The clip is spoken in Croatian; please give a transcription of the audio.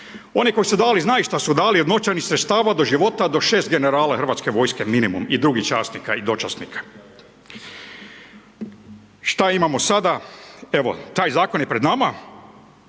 Oni koji su dali znaju šta su dali od novčanih sredstava, do života, do 6 generala Hrvatske vojske minimum i drugih časnika i dočasnika. Šta imamo sada, evo taj zakon je pred nama,